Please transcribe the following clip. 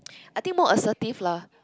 I think more assertive lah